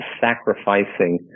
sacrificing